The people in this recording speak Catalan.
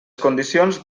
condicions